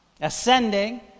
ascending